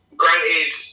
granted